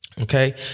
Okay